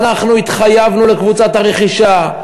ואנחנו התחייבנו לקבוצת הרכישה,